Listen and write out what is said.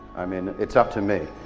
i mean it's up to me,